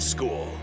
School